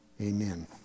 amen